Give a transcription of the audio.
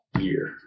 year